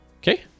Okay